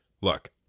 look